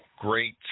great